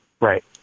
Right